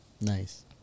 Nice